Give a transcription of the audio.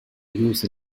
use